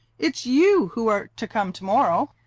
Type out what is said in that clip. it's you who are to come to-morrow.